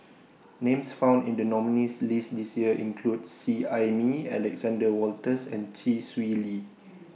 Names found in The nominees' list This Year include Seet Ai Mee Alexander Wolters and Chee Swee Lee